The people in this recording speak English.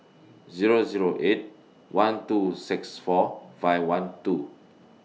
Zero Zero eight one two six four five one two